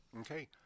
okay